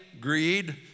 greed